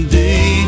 day